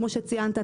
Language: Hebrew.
כמו שציינת,